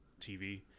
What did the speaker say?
TV